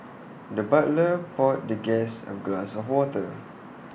the butler poured the guest A glass of water